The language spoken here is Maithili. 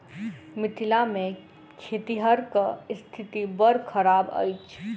मिथिला मे खेतिहरक स्थिति बड़ खराब अछि